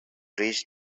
reach